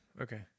Okay